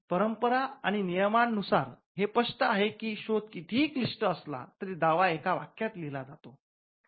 परंपरा आणि नियमा नुसार हे स्पष्ट आहे की शोध कितीही क्लिष्ट असला तरी दावा एका वाक्यात लिहिला जातो